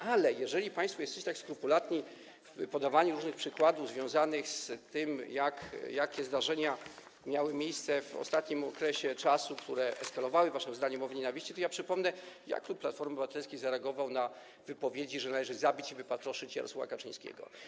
Ale jeżeli państwo jesteście tak skrupulatni w podawaniu różnych przykładów związanych z tym, jakie zdarzenia miały miejsce w ostatnim okresie, które eskalowały, waszym zdaniem, mowę nienawiści, to ja przypomnę, jak klub Platforma Obywatelska zareagował na wypowiedzi, że należy zabić i wypatroszyć Jarosława Kaczyńskiego.